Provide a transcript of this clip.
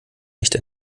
nicht